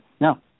No